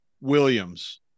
Williams